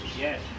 Yes